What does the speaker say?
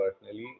personally